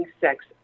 Sex